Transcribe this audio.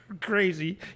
crazy